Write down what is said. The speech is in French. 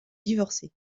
divorcer